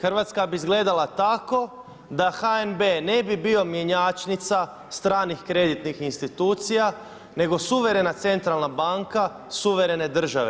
Hrvatska bi izgledala tako da HNB-e ne bi bio mjenjačnica stranih kreditnih institucija, nego suverena centralna banka suverene države.